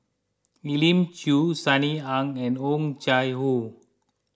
Elim Chew Sunny Ang and Oh Chai Hoo